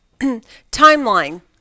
timeline